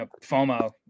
FOMO